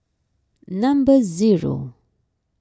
number zero